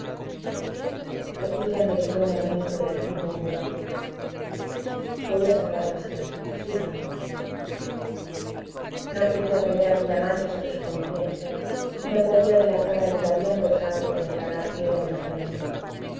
cecilia meditó un momento y al fin murmuró voy a salvar a v sígame no quería tener aquella mancha sobre su conciencia no podía delatar al que había empezado por declarar que era inocente